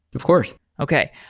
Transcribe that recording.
of course okay.